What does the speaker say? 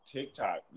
TikTok